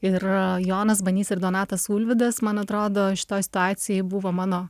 ir jonas banys ir donatas ulvydas man atrodo šitoj situacijoj buvo mano